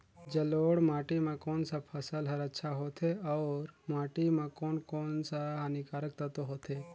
जलोढ़ माटी मां कोन सा फसल ह अच्छा होथे अउर माटी म कोन कोन स हानिकारक तत्व होथे?